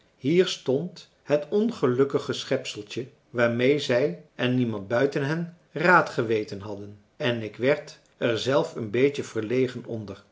hier stond het ongelukkige schepseltje waarmee zij en niemand buiten hen raad geweten hadden en ik werd er zelf een beetje verlegen onder